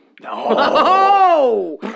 No